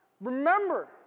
Remember